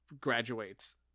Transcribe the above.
graduates